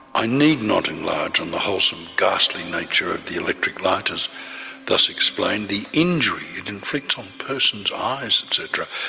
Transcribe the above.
i need not enlarge on the wholesome ghastly nature of the electric light as thus explained. the injury it inflicts on persons eyes etc,